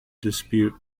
dispute